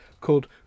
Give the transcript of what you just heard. called